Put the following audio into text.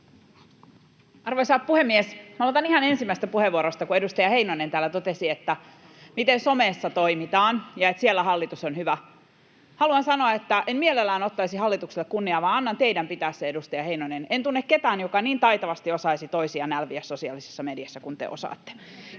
Arvoisa puhemies! Aloitan ihan ensimmäisestä puheenvuorosta, kun edustaja Heinonen täällä totesi, [Timo Heinonen pyytää vastauspuheenvuoroa] että miten somessa toimitaan ja että siellä hallitus on hyvä. Haluan sanoa, että en mielellään ottaisi hallitukselle kunniaa vaan annan teidän pitää sen, edustaja Heinonen. En tunne ketään, joka niin taitavasti osaisi toisia nälviä sosiaalisessa mediassa kuin te osaatte.